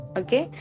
okay